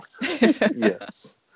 yes